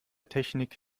technik